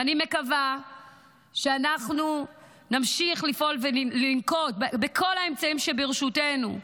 ואני מקווה שאנחנו נמשיך לפעול וננקוט את כל האמצעים שברשותנו.